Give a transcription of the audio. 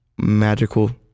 magical